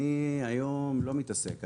אני היום לא מתעסק,